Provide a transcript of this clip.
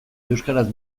euskaraz